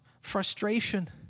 frustration